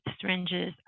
syringes